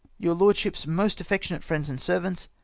your lordship's most affectionate friends and servants,